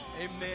amen